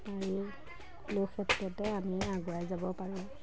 আৰু সকলো ক্ষেত্ৰতে আমি আগুৱাই যাব পাৰোঁ